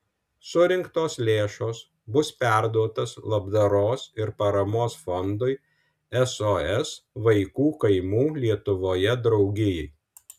surinktos lėšos bus perduotos labdaros ir paramos fondui sos vaikų kaimų lietuvoje draugijai